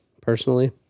personally